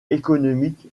économique